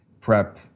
PrEP